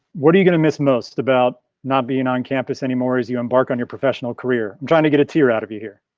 what are you gonna miss most about not being on campus anymore as you embark on your professional career. i'm trying to get a tear out of you here.